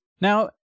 Now